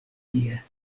tie